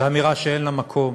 זה אמירה שאין לה מקום,